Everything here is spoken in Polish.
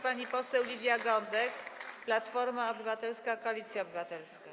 Pani poseł Lidia Gądek, Platforma Obywatelska - Koalicja Obywatelska.